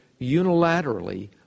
unilaterally